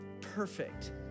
perfect